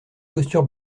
posture